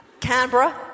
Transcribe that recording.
Canberra